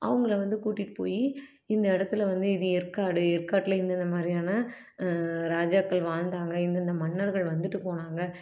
அவங்களை வந்து கூட்டிகிட்டு போய் இந்த இடத்துல வந்து இது எற்காடு எற்காட்டில் இந்தந்த மாதிரியான ராஜாக்கள் வாழ்ந்தாங்க இந்தந்த மன்னர்கள் வந்துவிட்டு போனாங்க